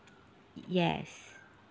yes